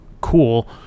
cool